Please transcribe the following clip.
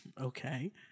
okay